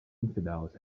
infidels